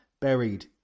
buried